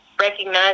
recognize